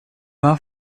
war